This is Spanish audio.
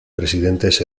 presidentes